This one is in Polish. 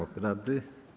obrady.